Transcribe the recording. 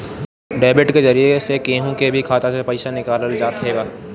debit के जरिया से केहू के भी खाता से पईसा निकालल जात हवे